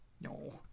No